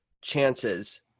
chances